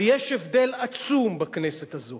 ויש הבדל עצום בכנסת הזאת